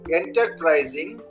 enterprising